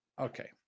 Okay